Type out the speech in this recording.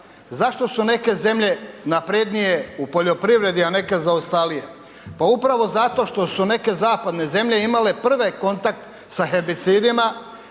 Zašto su neke zemlje naprednije u poljoprivredi, a neke zaostalije? Pa upravo zato što su neke zapadne zemlje imale prve kontakt sa herbicidima